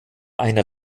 einer